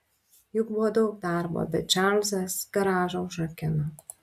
juk buvo daug darbo bet čarlzas garažą užrakino